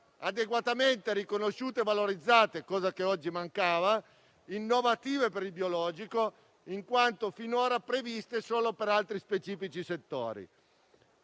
adeguatamente riconosciute e valorizzate (cosa che oggi mancava), innovative per il biologico, in quanto finora previste solo per altri specifici settori.